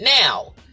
now